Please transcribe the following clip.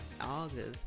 August